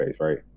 right